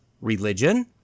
religion